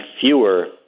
fewer